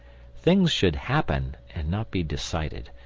things should happen, and not be decided.